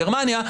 גרמניה,